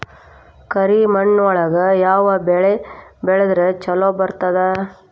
ಕರಿಮಣ್ಣೊಳಗ ಯಾವ ಬೆಳಿ ಬೆಳದ್ರ ಛಲೋ ಬರ್ತದ?